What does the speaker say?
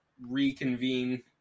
reconvene